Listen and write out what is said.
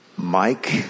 Mike